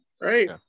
right